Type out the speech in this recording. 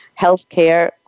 healthcare